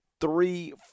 three